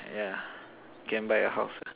yeah can buy a house lah